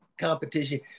competition